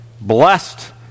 Blessed